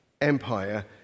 Empire